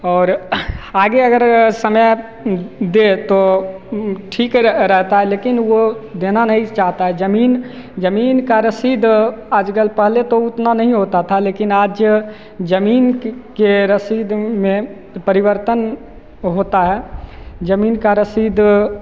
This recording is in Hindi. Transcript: और आगे अगर समय दें तो तो ठीक ही रहता है लेकिन वह देना नहीं चाहता है ज़मीन ज़मीन की रसीद आज कल पहले तो उतना नहीं होता था लेकिन आज ज़मीन की रसीद में परिवर्तन होता है ज़मीन की रसीद